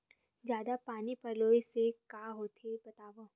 जादा पानी पलोय से का होथे बतावव?